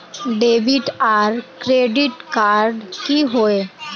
Debit आर credit card की होय?